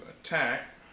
attack